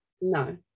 No